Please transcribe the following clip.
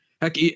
Heck